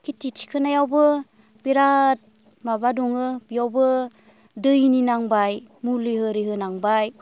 खेथि थिखोनायावबो बिराद माबा दङो बियावबो दैनि नांबाय मुलि इरि होनांबाय